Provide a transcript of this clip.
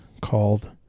called